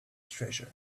treasure